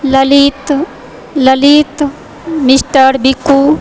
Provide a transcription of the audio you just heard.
Lalit Lalit mister Biku